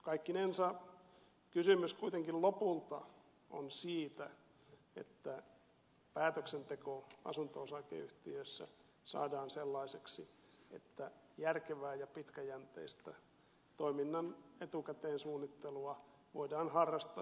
kaikkinensa kysymys kuitenkin lopulta on siitä että päätöksenteko asunto osakeyhtiöissä saadaan sellaiseksi että järkevää ja pitkäjänteistä toiminnan suunnittelua voidaan harrastaa